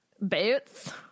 boots